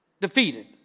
defeated